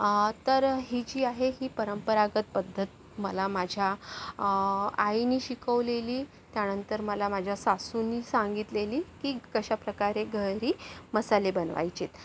तर ही जी आहे ही परंपरागत पद्धत मला माझ्या आईनी शिकवलेली त्यानंतर मला माझ्या सासूनी सांगितलेली की कशा प्रकारे घरी मसाले बनवायचेत्